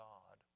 God